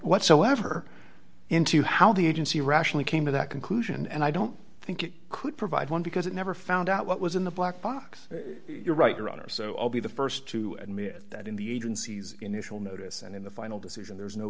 whatsoever into how the agency rationally came to that conclusion and i don't think it could provide one because it never found out what was in the black box you're right your honor so i'll be the st to admit that in the agency's initial notice and in the final decision there's no